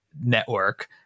network